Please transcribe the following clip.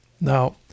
Now